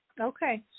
Okay